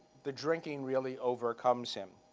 the drinking really overcomes him.